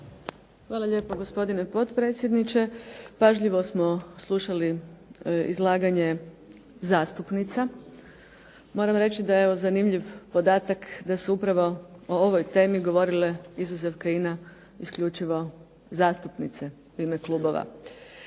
Hvala lijepo gospodine potpredsjedniče. Pažljivo smo slušali izlaganje zastupnica. Moram reći da je evo zanimljiv podatak da su upravo o ovoj temi govorile izuzev Kajina isključivo zastupnice u ime klubova.